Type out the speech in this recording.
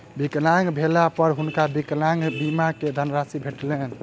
विकलांग भेला पर हुनका विकलांग बीमा के धनराशि भेटलैन